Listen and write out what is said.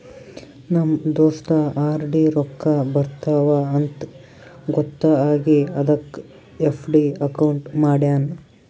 ನಮ್ ದೋಸ್ತ ಆರ್.ಡಿ ರೊಕ್ಕಾ ಬರ್ತಾವ ಅಂತ್ ಗೊತ್ತ ಆಗಿ ಅದಕ್ ಎಫ್.ಡಿ ಅಕೌಂಟ್ ಮಾಡ್ಯಾನ್